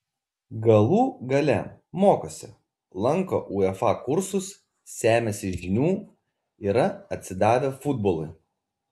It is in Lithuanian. galų gale mokosi lanko uefa kursus semiasi žinių yra atsidavę futbolui